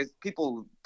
people